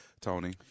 Tony